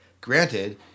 Granted